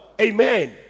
Amen